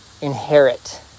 inherit